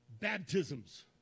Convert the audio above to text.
Baptisms